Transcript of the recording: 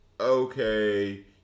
Okay